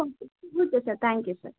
okay sir thank you sir